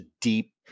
deep